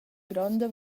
gronda